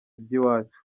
iby’iwacu